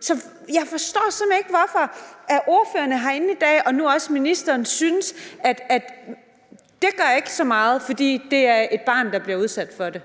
Så jeg forstår simpelt hen ikke, hvorfor ordførerne herinde i dag og nu også ministeren synes, at det ikke gør så meget, fordi det er et barn, der bliver udsat for det,